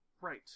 right